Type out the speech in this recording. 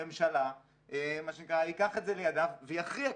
הממשלה ייקח את זה לידיו ויכריע,